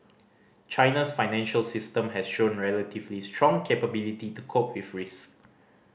China's financial system has shown relatively strong capability to cope with risk